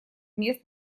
мест